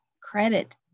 credit